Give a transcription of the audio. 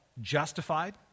justified